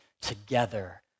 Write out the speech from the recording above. together